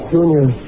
Junior